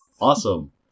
awesome